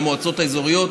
למועצות האזוריות,